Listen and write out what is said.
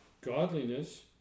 Godliness